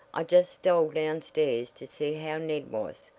i just stole downstairs to see how ned was,